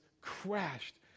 crashed